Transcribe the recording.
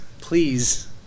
please